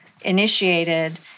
initiated